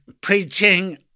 preaching